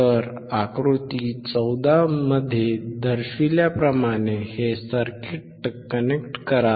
तर आकृती 14 मध्ये दर्शविल्याप्रमाणे हे सर्किट कनेक्ट करा